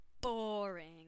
Boring